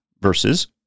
versus